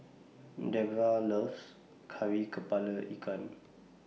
Debroah loves Kari Kepala Ikan